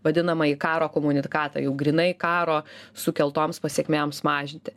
vadinamąjį karo komunikatą jau grynai karo sukeltoms pasekmėms mažinti